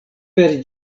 per